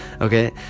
Okay